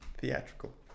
theatrical